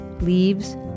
leaves